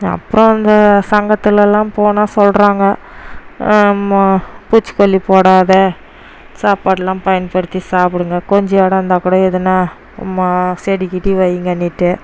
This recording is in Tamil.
அப்புறம் அந்த சங்கத்துலலாம் போனால் சொல்லுறாங்க பூச்சிக்கொல்லி போடாதே சாப்பாடெலான் பயன்படுத்தி சாப்பிடுங்க கொஞ்சம் இடம் இருந்தால் கூட எதுனால் சும்மா செடிகிடி வைங்கனிட்டு